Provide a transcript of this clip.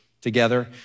together